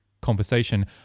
conversation